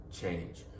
change